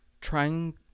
Trying